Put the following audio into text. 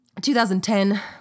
2010